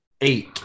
eight